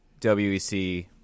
wec